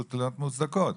מהתלונות מוצדקות.